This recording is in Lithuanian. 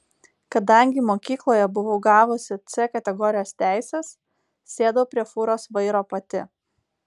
kadangi mokykloje buvau gavusi c kategorijos teises sėdau prie fūros vairo pati